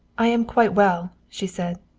i'm quite well, she said.